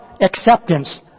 acceptance